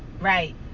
Right